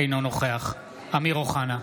אינו נוכח אמיר אוחנה,